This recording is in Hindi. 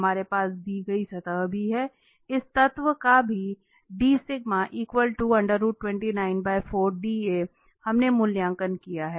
हमारे पास दी गई सतह भी है इस तत्व का भी हमने मूल्यांकन किया है